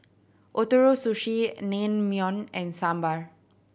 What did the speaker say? Ootoro Sushi Naengmyeon and Sambar